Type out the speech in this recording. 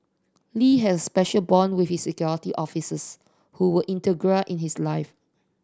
Lee has a special bond with his Security Officers who were integral in his life